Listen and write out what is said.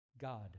god